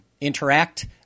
interact